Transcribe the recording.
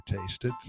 tasted